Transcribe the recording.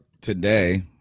today